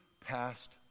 past